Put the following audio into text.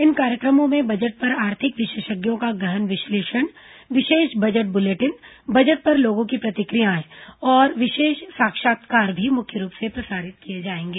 इन कार्यक्रमों में बजट पर आर्थिक विशेषज्ञों का गहन विश्लेषण विशेष बजट ब्लेटिन बजट पर लोगों की प्रतिक्रियाएं और विशेष साक्षात्कार भी मुख्य रूप से प्रसारित किए जाएंगे